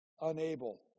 unable